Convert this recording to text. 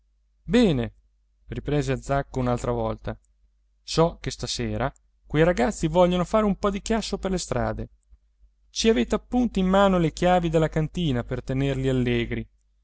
bene riprese zacco un'altra volta so che stasera quei ragazzi vogliono fare un po di chiasso per le strade ci avete appunto in mano le chiavi della cantina per tenerli allegri